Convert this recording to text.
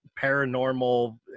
paranormal